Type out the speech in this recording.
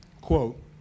quote